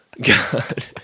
God